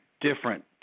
different